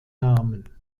namen